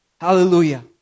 Hallelujah